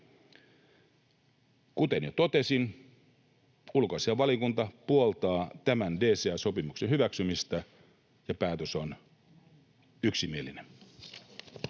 Kuten jo totesin, ulkoasiainvaliokunta puoltaa tämän DCA-sopimuksen hyväksymistä ja päätös on yksimielinen.